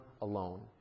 alone